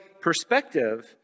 perspective